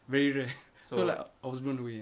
very rare so lik~ I was blown away ah